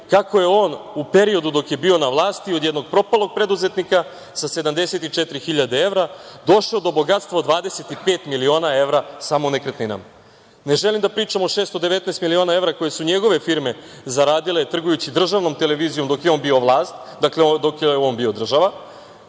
kako je on u periodu dok je bio na vlasti od jednog propalog preduzetnika sa 74 hiljade evra, došao do bogatstva od 25 miliona evra samo u nekretninama. Ne želim da pričam o 619 miliona evra koje su njegove firme zaradile trgujući državnom televizijom dok je on bio vlast, dakle, dok je on bio država,